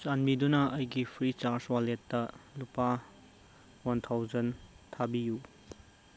ꯆꯥꯟꯕꯤꯗꯨꯅ ꯑꯩꯒꯤ free charge ꯋꯥꯜꯂꯦꯠꯇ ꯂꯨꯄꯥ ꯋꯥꯟ ꯊꯥꯎꯖꯟ ꯊꯥꯕꯤꯌꯨ